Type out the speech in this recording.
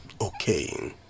Okay